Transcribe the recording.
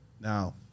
now